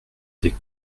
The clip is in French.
des